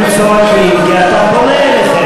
הם צועקים כי אתה פונה אליהם.